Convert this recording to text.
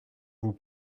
vous